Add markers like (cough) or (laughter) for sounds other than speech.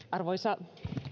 (unintelligible) arvoisa